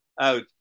out